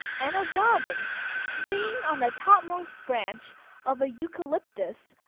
and a robin swinging on the topmost branch of a eucalyptus,